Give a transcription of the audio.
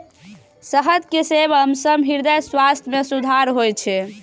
शहद के सेवन सं हृदय स्वास्थ्य मे सुधार होइ छै